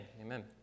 amen